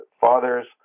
fathers